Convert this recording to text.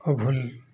କ ଭୁଲ